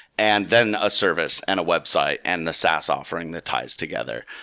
and then a service, and a website, and the sas offering that ties together.